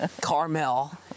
Carmel